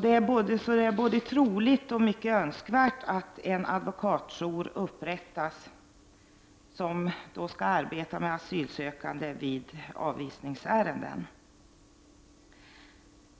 Det är både troligt och mycket önskvärt att det upprättas en advokatjour som kan arbeta med asylsökande vid avvisningsärenden.